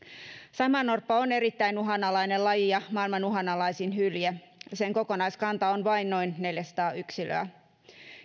saimaannorppa on erittäin uhanalainen laji ja maailman uhanalaisin hylje sen kokonaiskanta on vain noin neljäsataa yksilöä